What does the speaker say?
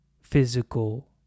physical